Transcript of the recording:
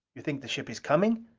you think the ship is coming?